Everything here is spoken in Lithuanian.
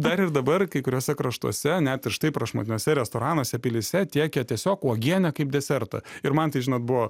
dar ir dabar kai kuriuose kraštuose net ir štai prašmatniuose restoranuose pilyse tiekia tiesiog uogienę kaip desertą ir man tai žinot buvo